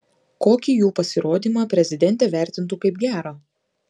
kokį jų pasirodymą prezidentė vertintų kaip gerą